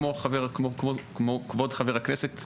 כמו כבוד חבר הכנסת,